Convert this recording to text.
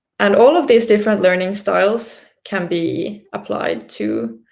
and all of these different learning styles can be applied to